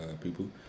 people